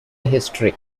history